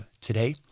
today